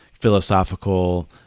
philosophical